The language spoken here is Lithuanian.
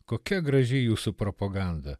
kokia graži jūsų propaganda